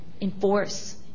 enforce